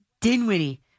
Dinwiddie